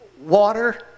water